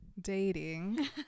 dating